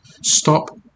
Stop